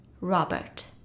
Robert